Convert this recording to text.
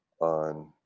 on